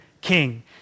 king